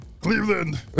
Cleveland